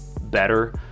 better